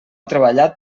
treballat